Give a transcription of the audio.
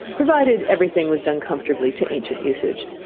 provided everything was done comformably to ancient usage.